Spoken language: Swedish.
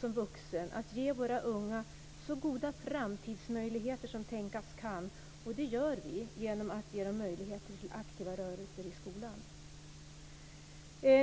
som vuxna att ge våra unga så goda framtidsmöjligheter som tänkas kan, och detta gör vi genom att ge dem möjlighet till aktiva rörelser i skolan.